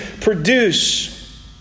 produce